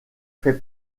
fait